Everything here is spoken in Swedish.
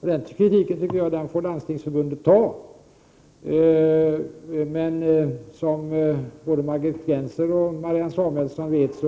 Den kritiken får Landstingsförbundet ta, men som både Margit Gennser och Marianne Samuelsson vet